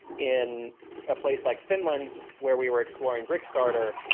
in a place like finland where we were exploring brickstarter,